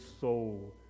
soul